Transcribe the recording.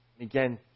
Again